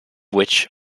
which